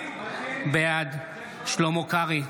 בעד שלמה קרעי,